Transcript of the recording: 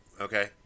okay